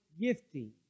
gifting